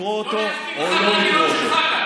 לקרוא אותו או לא לקרוא אותו.